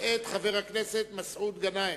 מאת חבר הכנסת מסעוד גנאים.